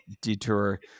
detour